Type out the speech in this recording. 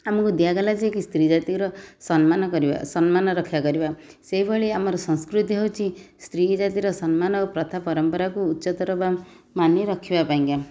ଆମକୁ ଦିଆଗଲା ଯେ କି ସ୍ତ୍ରୀ ଜାତିର ସମ୍ମାନ କରିବା ସମ୍ମାନ ରକ୍ଷାକରିବା ସେହିଭଳି ଆମର ସଂସ୍କୃତି ହଉଛି ସ୍ତ୍ରୀ ଜାତିର ସମ୍ମାନ ଓ ପ୍ରଥା ପରମ୍ପରାକୁ ଉଚ୍ଚତର ବା ମାନି ରଖିବା ପାଇଁକା